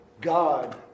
God